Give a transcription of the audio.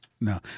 no